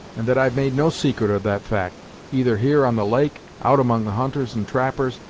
and that i've made no secret of that fact, either here on the lake, out among the hunters and trappers,